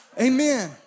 Amen